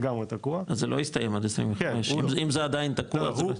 אז זה לא יסתיים עד 25, אם זה תקוע לגמרי.